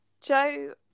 Joe